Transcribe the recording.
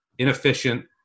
Inefficient